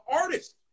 artist